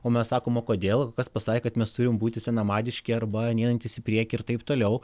o mes sakom o kodėl kas pasakė kad mes turime būti senamadiški arba neeinantys į priekį ir taip toliau